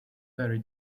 very